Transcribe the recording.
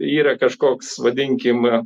yra kažkoks vadinkim